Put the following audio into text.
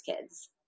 kids